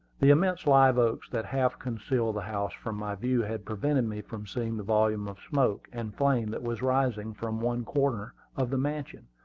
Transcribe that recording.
the immense live-oaks that half concealed the house from my view had prevented me from seeing the volume of smoke and flame that was rising from one corner of the mansion.